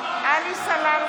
גם סילמן ברחה.